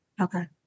Okay